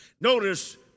Notice